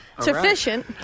Sufficient